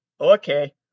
Okay